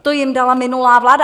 To jim dala minulá vláda.